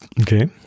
Okay